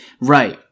Right